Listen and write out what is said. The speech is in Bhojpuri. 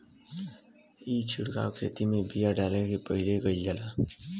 ई छिड़काव खेत में बिया डाले से पहिले ही कईल जाला